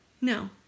No